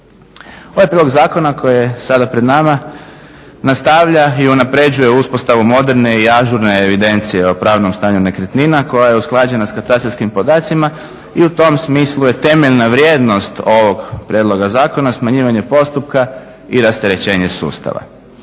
Ovaj prijedlog zakona koji je sada pred nama nastavlja i unaprjeđuje uspostavu moderne i ažurne evidencije o pravnom stanju nekretnina koja je usklađena s katastarskim podacima i u tom smislu je temeljna vrijednost ovog prijedloga zakona smanjivanje postupka i rasterećenje sustava.